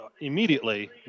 immediately